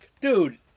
Dude